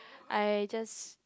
I just